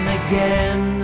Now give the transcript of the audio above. again